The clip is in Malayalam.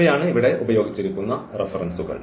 ഇവയാണ് ഇവിടെ ഉപയോഗിച്ചിരിക്കുന്ന റഫറൻസുകൾ